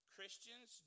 Christians